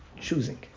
Choosing